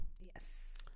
Yes